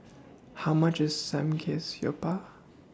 How much IS Samgeyopsal